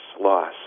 loss